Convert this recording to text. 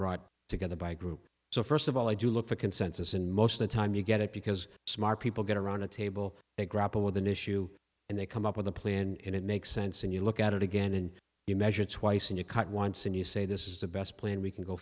brought together by a group so first of all i do look for consensus in most of the time you get it because smart people get around a table they grapple with an issue and they come up with a plan and it makes sense and you look at it again and you measure twice and you cut once and you say this is the best plan we can go